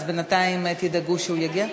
אז בינתיים תדאגו שהוא יגיע.